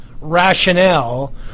rationale